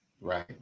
right